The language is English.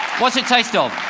what's it taste of?